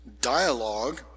dialogue